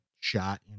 shot